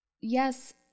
Yes